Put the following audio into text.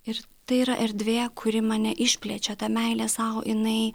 ir tai yra erdvė kuri mane išplečia ta meilė sau jinai